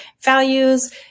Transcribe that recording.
values